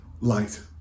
light